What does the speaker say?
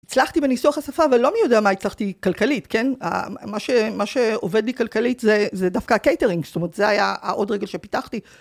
הצלחתי בניסוח השפה, אבל לא מי יודע מה הצלחתי כלכלית, כן, מה שעובד לי כלכלית זה דווקא הקייטרינג, זאת אומרת זה היה העוד רגל שפיתחתי.